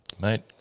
Mate